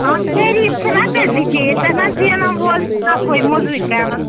اَہَنُو غریٖب چھِنا پٮ۪ٹھٕ بچٲر پٮ۪ٹھٕ نا زینن وول چھُ اَکوے موٚزوٗرۍ کرنس